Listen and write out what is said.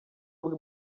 bwe